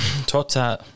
Total